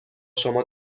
شما